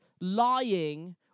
lying